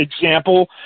example